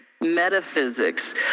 metaphysics